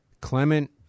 Clement